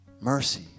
mercy